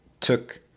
took